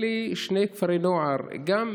שני כפרי הנוער האלה,